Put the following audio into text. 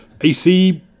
AC